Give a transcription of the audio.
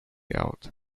out